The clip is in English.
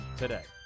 today